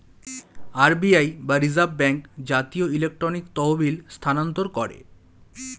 RBI বা reserve bank জাতীয় electronic তহবিল স্থানান্তর করে